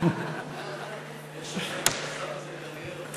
עד שלוש דקות לרשותך.